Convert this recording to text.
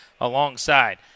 alongside